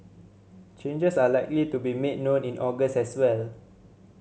changes are likely to be made known in August as well